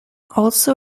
also